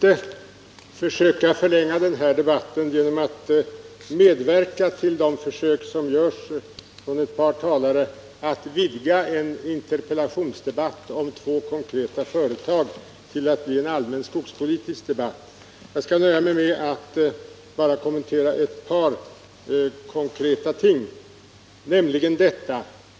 Herr talman! Jag skall inte förlänga debatten genom att medverka i de försök som görs av ett par talare att vidga en interpellationsdebatt om två konkreta företag till att bli en allmän skogspolitisk debatt. Jag skall nöja mig med att bara kommentera ett par konkreta ting.